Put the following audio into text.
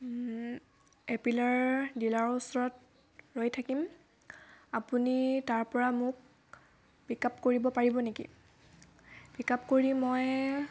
এপিলিয়াৰ dealer ওচৰত ৰৈ থাকিম আপুনি তাৰ পৰা মোক পিক আপ কৰিব পাৰিব নেকি পিক আপ কৰি মই